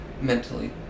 mentally